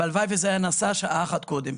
והלוואי וזה היה נעשה שעה אחת קודם.